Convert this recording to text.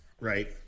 Right